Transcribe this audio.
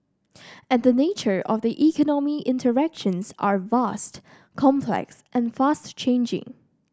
and the nature of the economy interactions are vast complex and fast changing